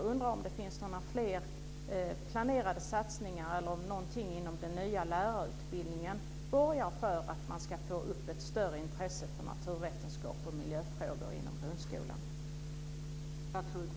Finns det fler planerade satsningar, eller finns det något inom den nya lärarutbildningen som borgar för att man ska öka intresset för naturvetenskap och miljöfrågor inom grundskolan?